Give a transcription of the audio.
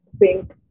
pink